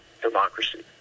democracy